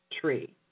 Tree